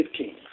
15